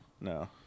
No